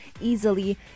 easily